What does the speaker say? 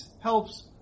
helps